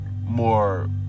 more